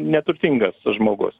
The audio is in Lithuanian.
neturtingas žmogus